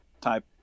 type